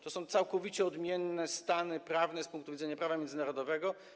To są całkowicie odmienne stany prawne z punktu widzenia prawa międzynarodowego.